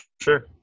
sure